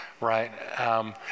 right